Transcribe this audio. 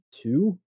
Two